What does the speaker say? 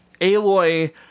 Aloy